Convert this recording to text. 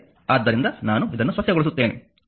ಆದ್ದರಿಂದ ನಾನು ಇದನ್ನು ಸ್ವಚ್ಛಗೊಳಿಸುತ್ತೇನೆ